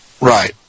Right